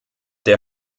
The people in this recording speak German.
der